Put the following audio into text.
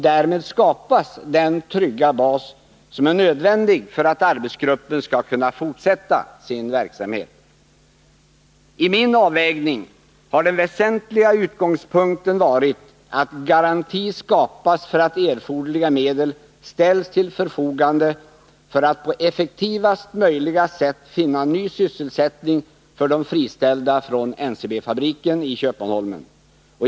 Därmed skapas den trygga bas som är nödvändig för att arbetsgruppen skall kunna fortsätta sin verksamhet. I min avvägning har den väsentliga utgångspunkten varit att garanti skapas för att erforderliga medel ställs till förfogande för att man på effektivaste möjliga sätt skall kunna finna ny sysselsättning för de friställda från NCB-fabriken i Köpmanholmen.